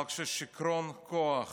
אבל כששיכרון הכוח